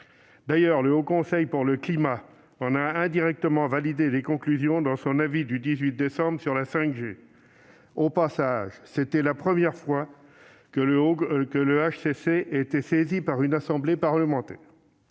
D'ailleurs, le Haut Conseil pour le climat en a indirectement validé les conclusions dans son avis du 19 décembre sur la 5G. Au passage, c'était la première fois que le HCC était saisi par une assemblée parlementaire.